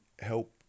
help